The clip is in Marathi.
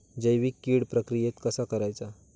जैविक कीड प्रक्रियेक कसा करायचा?